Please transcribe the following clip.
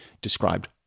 described